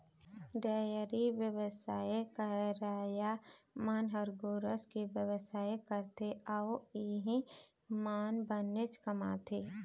dairy बेवसाय करइया मन ह गोरस के बेवसाय करथे अउ इहीं म बनेच कमाथे